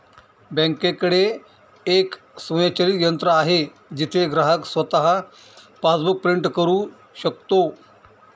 बँकेकडे एक स्वयंचलित यंत्र आहे जिथे ग्राहक स्वतः पासबुक प्रिंट करू शकतो